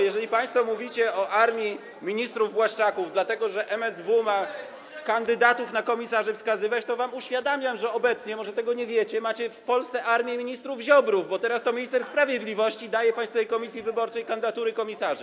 Jeżeli państwo mówicie o armii ministrów Błaszczaków, dlatego że MSW ma wskazywać kandydatów na komisarzy, to wam uświadamiam, że obecnie, może tego nie wiecie, macie w Polsce armię ministrów Ziobrów, bo teraz to minister sprawiedliwości daje Państwowej Komisji Wyborczej kandydatury komisarzy.